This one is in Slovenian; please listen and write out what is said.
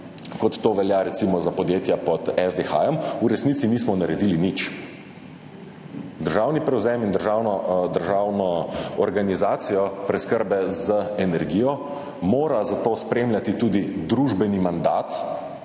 kot to velja recimo za podjetja pod SDH, v resnici nismo naredili nič. Državni prevzem in državno organizacijo preskrbe z energijo mora zato spremljati tudi družbeni mandat